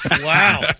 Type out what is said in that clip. Wow